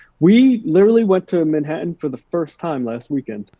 we literally went to manhattan for the first time last weekend.